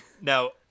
Now